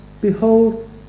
behold